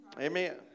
Amen